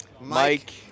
Mike